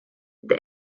der